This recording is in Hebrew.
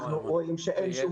ואנחנו רואים שאין שום